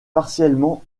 partiellement